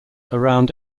around